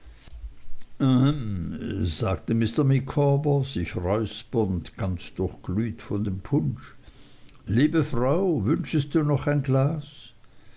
sagte mr micawber sich räuspernd ganz durchglüht von dem punsch liebe frau wünschest du noch ein glas